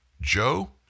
Joe